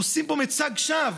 עושים פה מצג שווא.